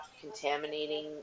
contaminating